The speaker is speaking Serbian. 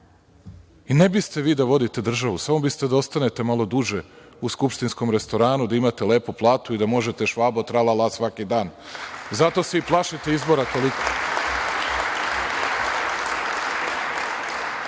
Ne biste vi da vodite državu, samo biste da ostanete malo duže u skupštinskom restoranu, da imate lepu platu i da možete „Švabo tra-la-la“ svaki dan. Zato se i plašite izbora. Govorili